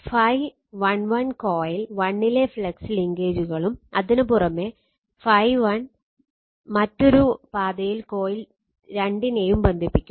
∅11 coil 1 ലെ flux ലിങ്കേജുകളും അതിനുപുറമെ ∅1 മറ്റൊരു പാതയിൽ കോയിൽ 2 നേയും ബന്ധിപ്പിക്കും